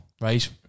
right